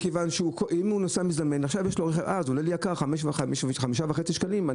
כי האדם אומר לעצמו שעד עכשיו הוא נסע ב-2 שקלים ומעכשיו זה 5.5 שקלים.